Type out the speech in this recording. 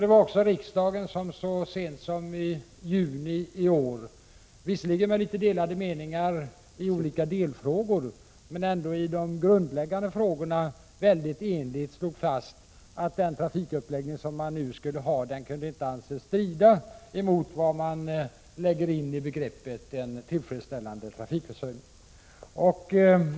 Det var också riksdagen som så sent som i juni i år — visserligen med något delade meningar i olika delfrågor — i de grundläggande frågorna enigt slog fast att den trafikuppläggning man planerade inte kunde anses strida mot vad man lägger in i begreppet en tillfredsställande trafikförsörjning.